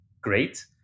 great